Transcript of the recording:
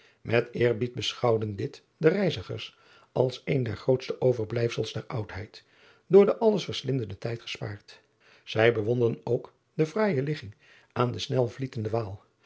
et eerbied beschouwden dit de reizigers als een der grootste overblijssels der oudheid door den alles verslindenden tijd gespaard ij bewonderden ook de fraaije ligging aan de snelvlietende aal